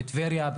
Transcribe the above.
בטבריה,